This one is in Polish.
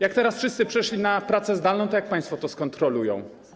Jak teraz wszyscy przeszli na pracę zdalną, to jak państwo to skontrolują?